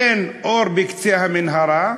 אין אור בקצה המנהרה,